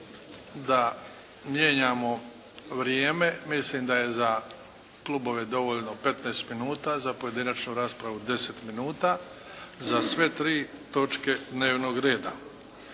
da mijenjamo vrijeme. Mislim da je za klubove dovoljno 15 minuta, za pojedinačnu raspravu 10 minuta, za sve tri točke dnevnog reda.